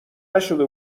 نشده